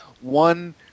one